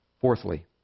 Fourthly